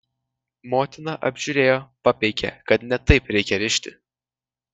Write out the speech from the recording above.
motina apžiūrėjo papeikė kad ne taip reikia rišti